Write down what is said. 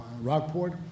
Rockport